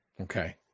Okay